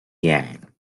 yan